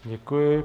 Děkuji.